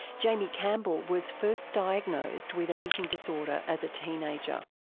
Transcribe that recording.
jaimie campbell was first diagnosed with an eating disorder as a teenager.